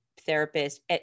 therapist